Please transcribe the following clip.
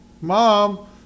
Mom